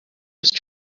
used